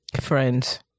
Friends